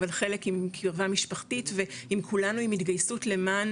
אבל חלק עם קרבה משפחתית ועם כולנו להתגייסות למען